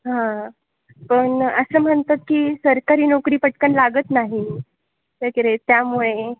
हां पण असं म्हणतात की सरकारी नोकरी पटकन लागत नाही वगैरे त्यामुळे